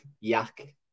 yak